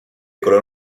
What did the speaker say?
color